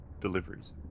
deliveries